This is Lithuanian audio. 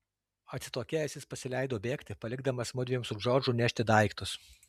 atsitokėjęs jis pasileido bėgti palikdamas mudviem su džordžu nešti daiktus